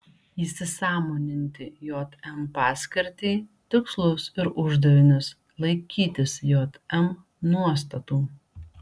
įsisąmoninti jm paskirtį tikslus ir uždavinius laikytis jm nuostatų